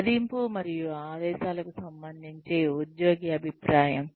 మదింపు మరియు ఆదేశాలకు సంబంధించి ఉద్యోగికి అభిప్రాయం